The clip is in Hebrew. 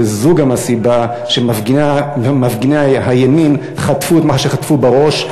וזו גם הסיבה שמפגיני הימין חטפו את מה שחטפו בראש,